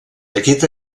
aquest